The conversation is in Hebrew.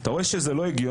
אתה רואה שזה לא הגיוני.